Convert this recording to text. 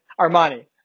Armani